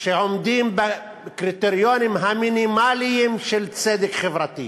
שעומדים בקריטריונים המינימליים של צדק חברתי,